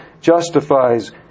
justifies